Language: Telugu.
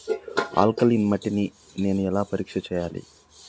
ఆల్కలీన్ మట్టి ని నేను ఎలా పరీక్ష చేయాలి?